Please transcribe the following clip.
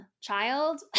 child